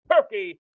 turkey